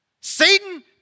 Satan